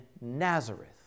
Nazareth